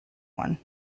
one